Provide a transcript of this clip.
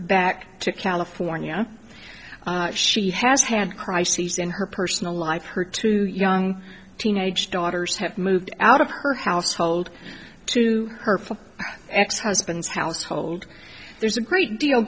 back to california she has had crises in her personal life her two young teenage daughters have moved out of her household to her full ex husband's household there's a great deal